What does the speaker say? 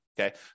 Okay